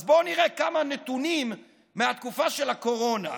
אז בואו נראה כמה נתונים מהתקופה של הקורונה,